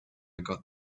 got